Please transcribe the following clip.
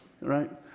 Right